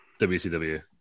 WCW